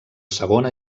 segona